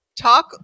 talk